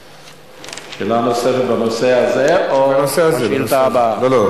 שאלה נוספת בנושא הזה או השאילתא הבאה?